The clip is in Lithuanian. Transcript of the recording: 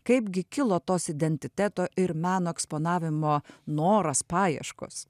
kaipgi kilo tos identiteto ir meno eksponavimo noras paieškos